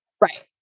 Right